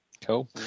Cool